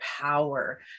power